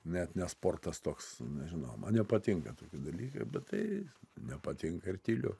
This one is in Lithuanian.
net ne sportas toks nežinau man nepatinka tokie dalykai bet tai nepatinka ir tyliu